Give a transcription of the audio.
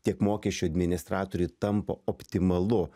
tiek mokesčių administratoriui tampa optimalu